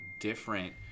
different